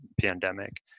pandemic